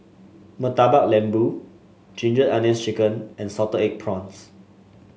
Murtabak Lembu Ginger Onions chicken and Salted Egg Prawns